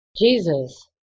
Jesus